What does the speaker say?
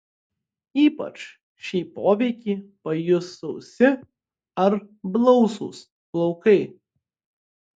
ypač šį poveikį pajus sausi ar blausūs plaukai